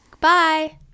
Bye